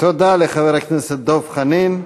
תודה לחבר הכנסת דב חנין.